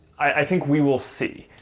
i think we will see.